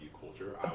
culture